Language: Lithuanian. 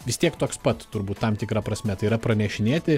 vis tiek toks pat turbūt tam tikra prasme tai yra pranešinėti